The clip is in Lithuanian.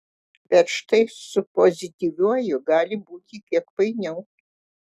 bet štai su pozityviuoju gali būti kiek painiau